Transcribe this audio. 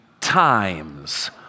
times